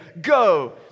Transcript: Go